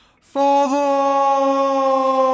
Father